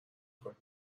کنیم